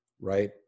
right